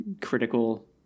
critical